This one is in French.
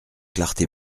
clarté